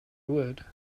would